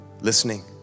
Listening